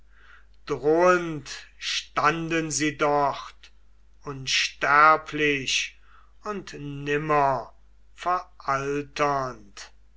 drohend standen sie dort unsterblich und nimmer veralternd